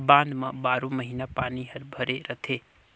बांध म बारो महिना पानी हर भरे रथे